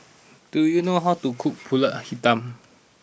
do you know how to cook Pulut Hitam